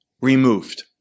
removed